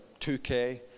2K